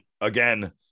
Again